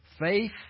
faith